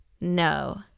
no